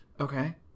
Okay